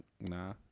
nah